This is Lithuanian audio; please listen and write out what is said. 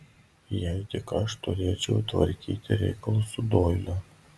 jei tik aš turėčiau tvarkyti reikalus su doiliu